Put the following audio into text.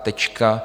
Tečka.